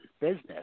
business